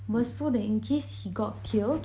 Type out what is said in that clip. was so that in case he got killed